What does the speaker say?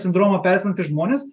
sindromo persmelkti žmonės